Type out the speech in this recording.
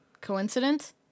Coincidence